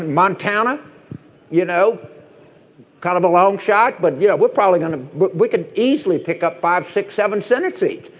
and montana you know kind of a long shot. but you know we're probably going to we could easily pick up five six seven senate seats.